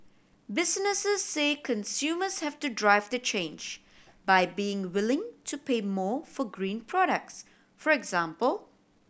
businesses say consumers have to drive the change by being willing to pay more for green products for example